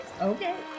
Okay